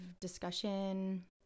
discussion